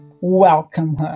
welcome